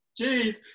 Jeez